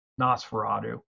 Nosferatu